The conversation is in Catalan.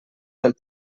del